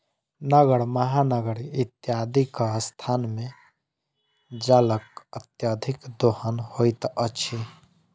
नगर, महानगर इत्यादिक स्थान मे जलक अत्यधिक दोहन होइत अछि